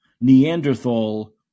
Neanderthal